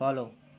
follow